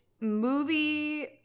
movie